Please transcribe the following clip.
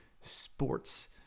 sports